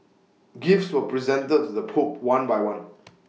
gifts were presented to the pope one by one